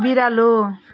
बिरालो